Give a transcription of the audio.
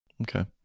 Okay